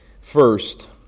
first